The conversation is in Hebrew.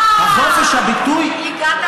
הגעת